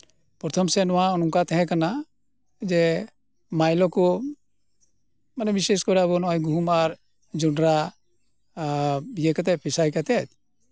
ᱯᱨᱚᱛᱷᱚᱢ ᱥᱮᱜ ᱱᱚᱣᱟ ᱚᱱᱠᱟ ᱛᱟᱦᱮᱸ ᱠᱟᱱᱟ ᱡᱮ ᱢᱟᱭᱞᱳ ᱠᱚ ᱢᱟᱱᱮ ᱵᱤᱥᱮᱥ ᱠᱚᱨᱮ ᱟᱵᱚ ᱜᱩᱦᱩᱢ ᱟᱨ ᱡᱚᱱᱰᱨᱟ ᱯᱮᱥᱟᱭ ᱠᱟᱛᱮᱜ